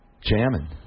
jamming